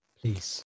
Please